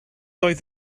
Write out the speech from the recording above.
oedd